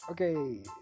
Okay